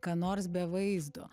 ką nors be vaizdo